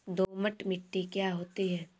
दोमट मिट्टी क्या होती हैं?